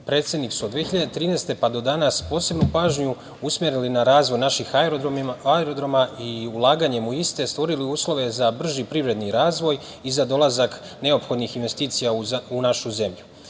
predsednik su 2013. godine, pa do danas posebnu pažnju usmerili na razvoj naših aerodroma i ulaganjem u iste stvorili uslove za brži privredni razvoj i za dolazak neophodnih investicija u našu zemlju.